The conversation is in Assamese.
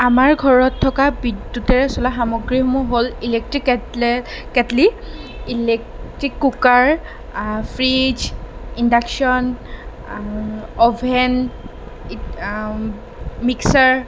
আমাৰ ঘৰত থকা বিদ্যুতেৰে চলা সামগ্ৰীসমূহ হ'ল ইলেক্ট্ৰিক কেটলাৰ kettle electric cooker fridge induction oven ইত্য়া মিক্সাৰ